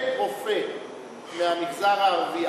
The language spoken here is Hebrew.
אין רופא מהמגזר הערבי,